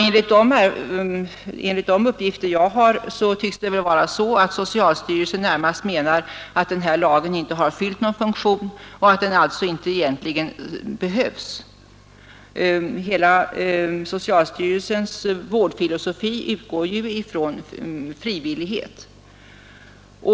Enligt de uppgifter jag har tycks socialstyrelsen närmast mena att den här lagen inte har fyllt någon funktion och alltså inte egentligen behövs. Socialstyrelsens hela vårdfilosofi utgår ju ifrån frivillighet.